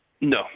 No